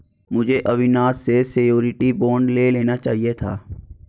मुझे अविनाश से surety bond ले लेना चाहिए था